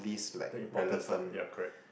the important stuff ya correct